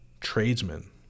tradesmen